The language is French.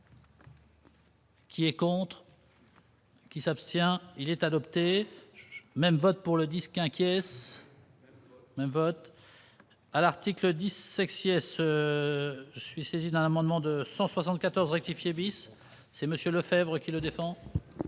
Qui est contre. Qui s'abstient, il est adopté, même vote pour le disque inquiets. Un vote à l'article 10, sexe, yes, je suis saisi d'un amendement de 174 rectifier bis c'est Monsieur Lefebvre, qui le défend.